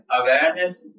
awareness